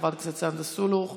חברת הכנסת סונדוס סאלח,